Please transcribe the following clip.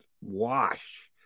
wash